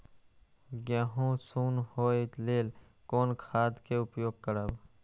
गेहूँ सुन होय लेल कोन खाद के उपयोग करब?